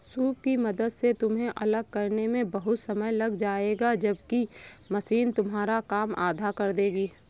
soup की मदद से तुम्हें अलग करने में बहुत समय लग जाएगा जबकि मशीन तुम्हारा काम आधा कर देगी